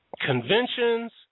Conventions